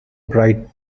bright